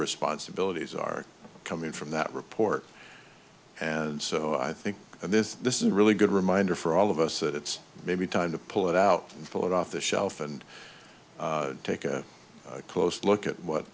responsibilities are coming from that report and so i think this this is a really good reminder for all of us that it's maybe time to pull it out pull it off the shelf and take a close look at what